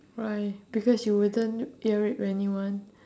why because you wouldn't ear rape anyone